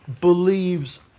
believes